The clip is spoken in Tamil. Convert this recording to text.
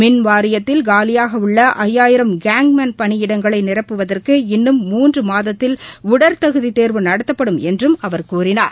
மின்வாரியத்தில் காலியாகஉள்ளஐயாயிரம் காங்மேன் பணியிடங்களைநிரப்புவதற்கு இன்னும் மூன்றுமாதத்தில் உடற்தகுதிதேர்வு நடத்தப்படும் என்றும் அவர் கூறினார்